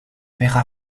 vera